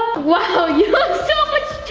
wow, you look so much